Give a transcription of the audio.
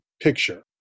picture